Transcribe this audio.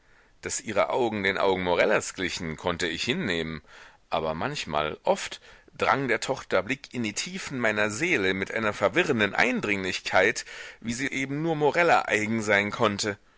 daß ihre augen den augen morellas glichen konnte ich hinnehmen aber manchmal oft drang der tochter blick in die tiefen meiner seele mit einer verwirrenden eindringlichkeit wie sie eben nur morella eigen sein konnte